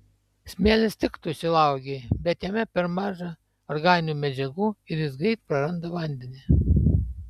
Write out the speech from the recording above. smėlis tiktų šilauogei bet jame per maža organinių medžiagų ir jis greit praranda vandenį